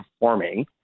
performing